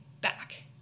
back